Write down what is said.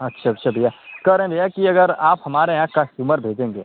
अच्छा अच्छा भैया कह रहें भैया कि अगर आप हमारे यहाँ कस्टमर भेजेंगे